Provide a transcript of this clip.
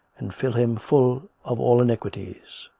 and fill him full of all iniquities.